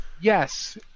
Yes